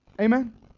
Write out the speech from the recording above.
Amen